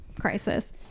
crisis